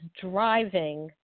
driving